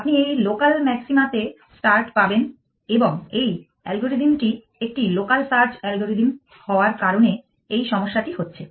আপনি এই লোকাল ম্যাক্সিমাতে start পাবেন এবং এই অ্যালগরিদমটি একটি লোকাল সার্চ অ্যালগরিদম হওয়ার কারণে এই সমস্যাটি হচ্ছে